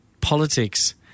politics